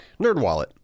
NerdWallet